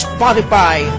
Spotify